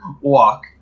walk